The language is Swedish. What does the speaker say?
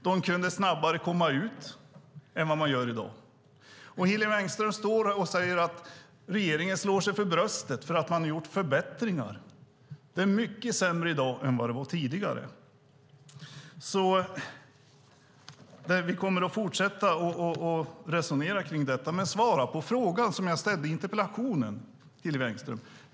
De kunde komma ut snabbare än de gör i dag. Hillevi Engström står och säger att regeringen slår sig för bröstet för att man har gjort förbättringar. Det är mycket sämre i dag än vad det var tidigare. Vi kommer att fortsätta att resonera om detta. Men svara på den fråga som jag ställde i interpellationen, Hillevi Engström!